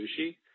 Sushi